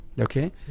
Okay